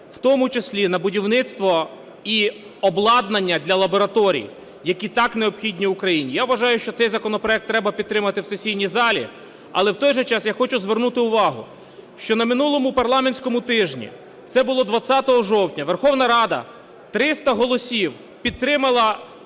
в тому числі на будівництво і обладнання для лабораторій, які так необхідні Україні. Я вважаю, що цей законопроект треба підтримати в сесійній залі. Але в той же час я хочу звернути увагу, що на минулому парламентському тижні, це було 20 жовтня, Верховна Рада 300 голосів підтримала